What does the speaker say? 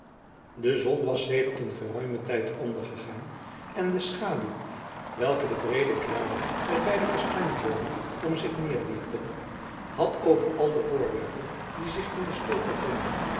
de zon was sedert een geruimen tijd ondergegaan en de schaduw welke de breede kruinen der beide kastanjeboomen om zich neerwierpen had over al de voorwerpen die zich in de stulp bevonden